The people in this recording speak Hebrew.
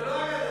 זו לא אגדה.